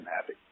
happy